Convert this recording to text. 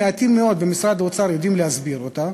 מעטים מאוד במשרד האוצר יודעים להסביר אותה.